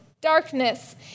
darkness